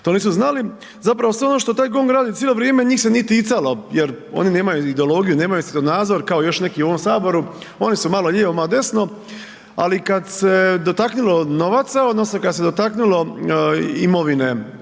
to nisu znali. Zapravo sve ono što taj GONG radi cijelo vrijeme njih se nije ticalo jer oni nemaju ideologiju, nemaju svjetonazor, kao još neki u ovom Saboru, oni su malo lijevo, malo desno. Ali kada se dotaknulo novaca, odnosno kad se dotaknulo imovine